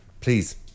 Please